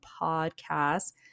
podcast